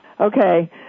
Okay